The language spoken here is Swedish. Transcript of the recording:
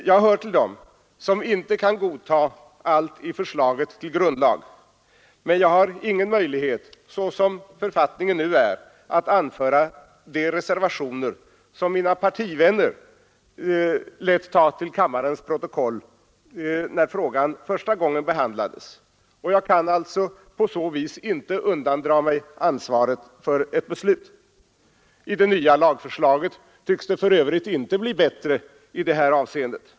Jag hör till dem som inte kan godta allt i förslaget till grundlag, men jag har ingen möjlighet, sådan som författningen nu är, att anföra de reservationer som mina partivänner lät ta till kammarens protokoll när frågan första gången behandlades. Jag kan alltså på så vis inte undandra mig ansvaret för ett beslut. Det nya lagförslaget tycks för Övrigt inte vara bättre i det här avseendet.